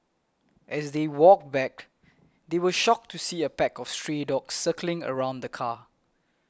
as they walked back they were shocked to see a pack of stray dogs circling around the car